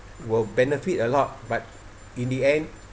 will benefit a lot but in the end